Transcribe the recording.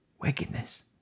Wickedness